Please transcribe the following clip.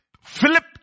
Philip